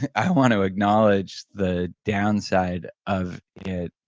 i want to acknowledge the downside of it.